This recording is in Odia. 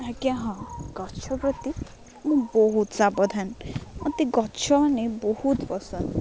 ଆଜ୍ଞା ହଁ ଗଛ ପ୍ରତି ମୁଁ ବହୁତ ସାବଧାନ ମତେ ଗଛମାନେ ବହୁତ ପସନ୍ଦ